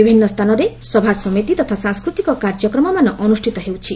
ବିଭିନ୍ନ ସ୍ତାନରେ ସଭାସମିତି ତଥା ସାଂସ୍ତୃତିକ କାର୍ଯ୍ୟକ୍ରମମାନ ଅନୁଷିତ ହେଉଛି